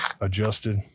adjusted